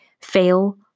Fail